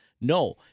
No